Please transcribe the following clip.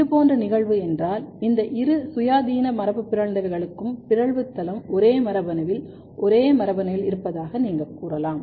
இதுபோன்ற நிகழ்வு என்றால் இந்த இரு சுயாதீன மரபுபிறழ்ந்தவைகளுக்கும் பிறழ்வு தளம் ஒரே மரபணுவில் ஒரே மரபணுவில் இருப்பதாக நீங்கள் கூறலாம்